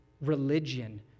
religion